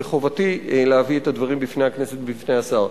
וחובתי להביא את הדברים בפני הכנסת, בפני השר.